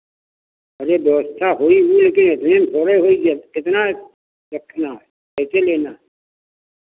अरे व्यवस्था होइ हो लेकिन इतने में थोड़े होएगी अब कितना रखना है कैसे लेना है